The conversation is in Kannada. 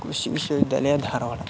ಕೃಷಿ ವಿಶ್ವವಿದ್ಯಾಲಯ ಧಾರವಾಡ